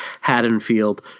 Haddonfield